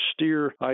steer